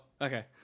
okay